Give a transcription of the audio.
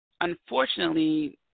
unfortunately